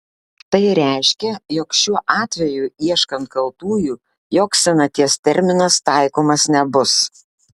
tai reiškia jog šiuo atveju ieškant kaltųjų joks senaties terminas taikomas nebus